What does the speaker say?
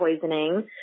poisoning